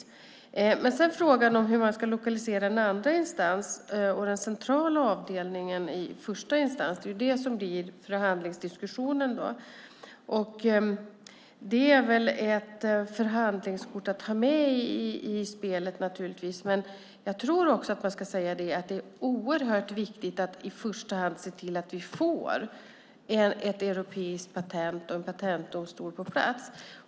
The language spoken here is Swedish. Sedan blir det en förhandlingsdiskussion om frågan hur man ska lokalisera en andra instans och den centrala avdelningen i första instans. Det är väl ett förhandlingskort att ha med i spelet, men jag tror också att man ska säga att det är oerhört viktigt att i första hand se till att vi får ett europeiskt patent och en patentdomstol på plats.